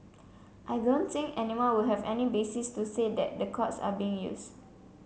I don't think anyone would have any basis to say that the courts are being used